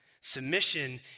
Submission